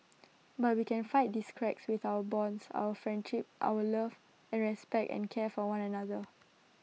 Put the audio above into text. but we can fight these cracks with our bonds our friendships our love and respect and care for one another